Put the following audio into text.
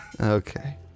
Okay